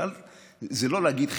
זה לא להגיד,